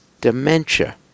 dementia